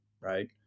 Right